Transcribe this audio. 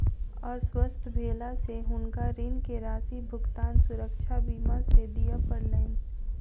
अस्वस्थ भेला से हुनका ऋण के राशि भुगतान सुरक्षा बीमा से दिय पड़लैन